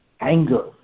anger